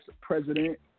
president